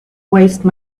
waste